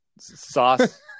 sauce